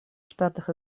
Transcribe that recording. штатах